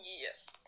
Yes